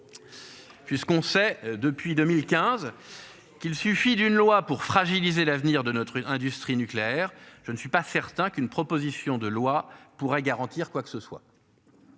Puisqu'on sait depuis 2015. Qu'il suffit d'une loi pour fragiliser l'avenir de notre industrie nucléaire je ne suis pas certain qu'une proposition de loi pourrait garantir quoi que ce soit.